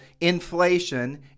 inflation